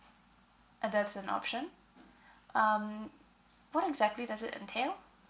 and there's an option um what exactly does it entail